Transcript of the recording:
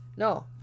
No